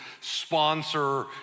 sponsor